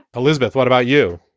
elizabeth, what about you?